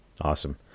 Awesome